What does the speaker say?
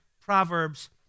Proverbs